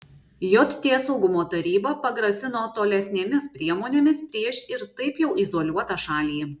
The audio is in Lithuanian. jt saugumo taryba pagrasino tolesnėmis priemonėmis prieš ir taip jau izoliuotą šalį